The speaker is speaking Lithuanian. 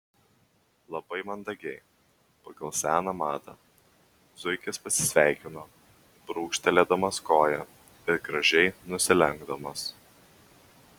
labai mandagiai pagal seną madą zuikis pasisveikino brūkštelėdamas koja ir gražiai nusilenkdamas